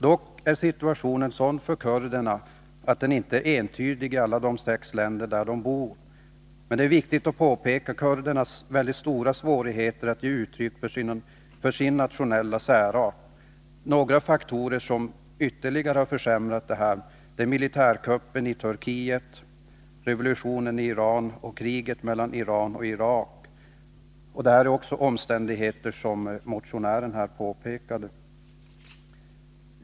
Dock är deras situation inte likartad i de sex länder där de huvudsakligen bor. Det är emellertid viktigt att påpeka kurdernas väldigt stora svårigheter att ge uttryck för sin nationella särart. Några faktorer som ytterligare har försämrat förhållandet är militärkuppen i Turkiet, revolutionen i Iran och kriget mellan Iran och Irak — omständigheter som motionären har påpekat i sitt anförande.